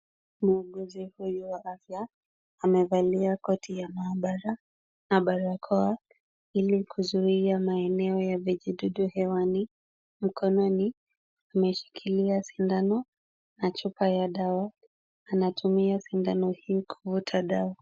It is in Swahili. Muuguzi huyu wa afya, amevalia koti ya maabara na barakoa, ili kuzuia maeneo ya vijidudu hewani. Mkononi, ameshikilia sindano na chupa ya dawa. Anatumia sindano hii kuvuta dawa.